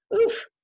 oof